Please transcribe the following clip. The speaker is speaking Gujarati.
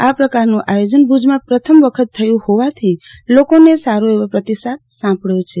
આ પ્રકારનું આયોજન ભ્રજમાં પ્રથમ વખત થયું હોવાથી લોકોનો સારો એવો પ્રતિસાદ સાંપડયો છે